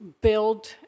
build